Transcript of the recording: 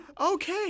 Okay